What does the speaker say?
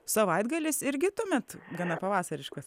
savaitgalis irgi tuomet gana pavasariškas